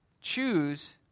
choose